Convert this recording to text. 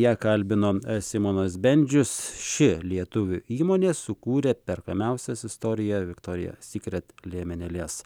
ją kalbino simonas bendžius ši lietuvių įmonė sukūrė perkamiausias istorijoje viktorija sykret liemenėles